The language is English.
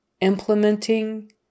Implementing